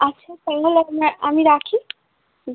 আচ্ছা তাহলে আমি রাখি হুম